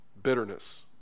bitterness